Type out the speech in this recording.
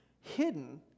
hidden